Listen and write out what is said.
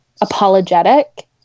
apologetic